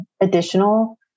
additional